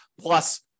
plus